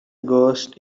ghost